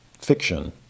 fiction